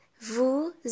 vous